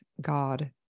God